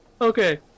Okay